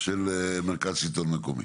של מרכז שלטון מקומי.